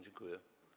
Dziękuję.